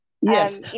Yes